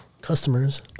customers